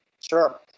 Sure